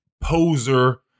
poser